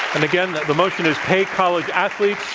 and again, the motion is, pay college athletes.